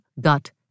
gut